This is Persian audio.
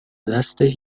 دستش